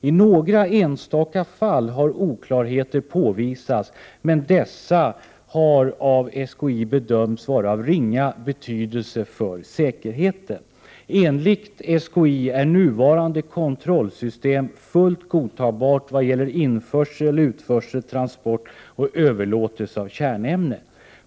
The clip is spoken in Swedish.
I några enstaka fall har oklarheter påvisats, men dessa har av SKI bedömts vara av ringa betydelse för säkerheten. Enligt SKI är nuvarande kontrollsystem fullt godtagbart vad gäller införsel, utförsel, transport och överlåtelse av kärnämne.